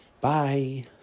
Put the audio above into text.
Bye